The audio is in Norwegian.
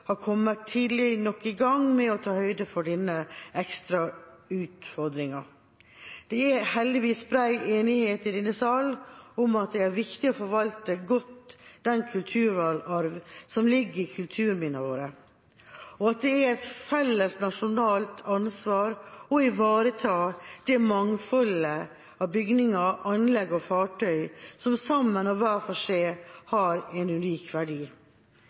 har kommet tidlig nok i gang med å ta høyde for denne ekstrautfordringa. Det er heldigvis bred enighet i denne sal om at det er viktig å forvalte godt den kulturarv som ligger i kulturminnene våre, og at det er et felles nasjonalt ansvar å ivareta det mangfoldet av bygninger, anlegg og fartøy som sammen og hver for seg har en unik verdi.